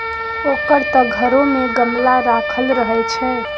ओकर त घरो मे गमला राखल रहय छै